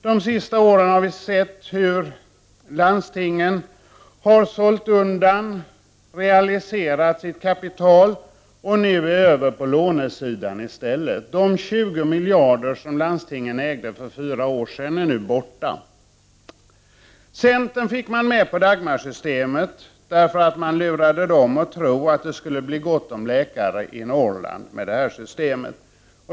De senaste åren har vi sett hur landstingen har sålt undan, realiserat sitt kapital, och nu är över på lånesidan i stället. De 20 miljarder som landstingen ägde för fyra år sedan är nu borta. Centern fick man med på Dagmarsystemet därför att man lurade dem att tro att det skulle bli gott om läkare i Norrland med det systemet.